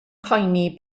poeni